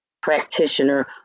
practitioner